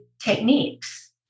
techniques